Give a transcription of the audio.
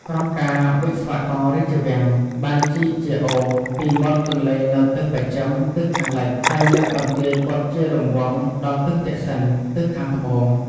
ក្រមការវិស្វកររាជវាំង បានជីកជាអូរ ពីមាត់ទន្លេនៅទិសបស្ចិម (ទិសខាងលិច) ហើយលើកបន្ទាយព័ទ្ធជារង្វង់ ដល់ទិសទក្សិណ (ទិសខាងត្បូង)។